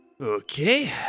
okay